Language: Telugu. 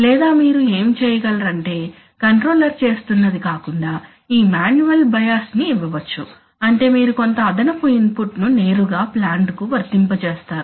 లేదా మీరు ఏమి చేయగలరు అంటే కంట్రోలర్ చేస్తున్నది కాకుండా ఈ మాన్యువల్ బయాస్ ని ఇవ్వవచ్చు అంటే మీరు కొంత అదనపు ఇన్ పుట్ ను నేరుగా ప్లాంట్ కు వర్తింపజేస్తారు